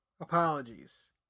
Apologies